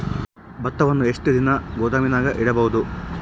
ಭತ್ತವನ್ನು ಎಷ್ಟು ದಿನ ಗೋದಾಮಿನಾಗ ಇಡಬಹುದು?